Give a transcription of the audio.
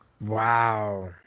Wow